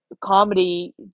comedy